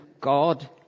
God